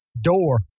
door